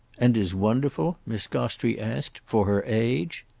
and is wonderful, miss gostrey asked, for her age?